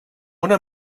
una